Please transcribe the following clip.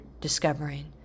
discovering